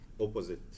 opposite